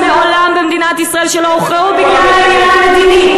מעולם לא היו במדינת ישראל בחירות שלא הוכרעו בגלל העניין המדיני.